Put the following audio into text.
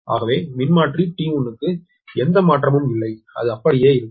ஆகவே மின்மாற்றி T1 க்கு எந்த மாற்றமும் இல்லை அது அப்படியே இருக்கும்